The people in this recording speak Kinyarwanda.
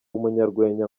n’umunyarwenya